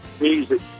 music